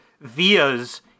vias